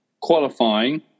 qualifying